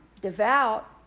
Devout